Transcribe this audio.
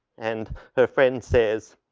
and her friend says,